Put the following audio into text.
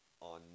on